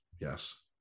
Yes